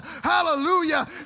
Hallelujah